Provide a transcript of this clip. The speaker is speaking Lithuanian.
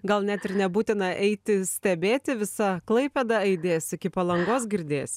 gal net ir nebūtina eiti stebėti visa klaipėda aidės iki palangos girdėsis ne